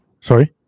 sorry